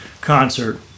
concert